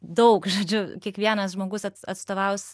daug žodžiu kiekvienas žmogus ats atstovaus